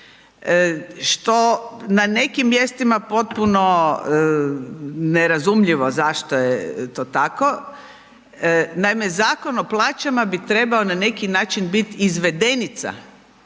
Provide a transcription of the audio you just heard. što na nekim mjestima potpuno nerazumljivo zašto je to tako. Naime, Zakon o plaćama bi trebao na neki način bit izvedenica